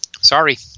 Sorry